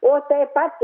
o taip pat